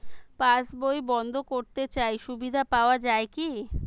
পাশ বই বন্দ করতে চাই সুবিধা পাওয়া যায় কি?